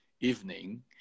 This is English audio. evening